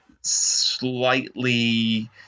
slightly